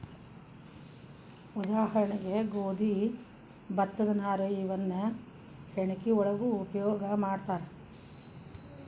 ಉದಾಹರಣೆಗೆ ಗೋದಿ ಭತ್ತದ ನಾರು ಇವನ್ನ ಹೆಣಕಿ ಒಳಗು ಉಪಯೋಗಾ ಮಾಡ್ತಾರ